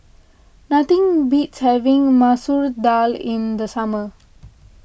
nothing beats having Masoor Dal in the summer